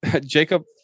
Jacob